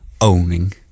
owning